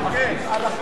כן, על החלופין.